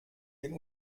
den